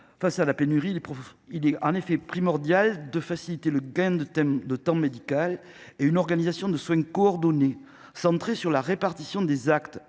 Face à la pénurie de médecins, il est primordial de faciliter le gain de temps médical. Une organisation de soins coordonnés, centrée sur la répartition des actes